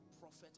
prophet